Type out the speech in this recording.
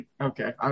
okay